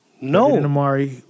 No